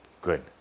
Good